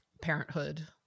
parenthood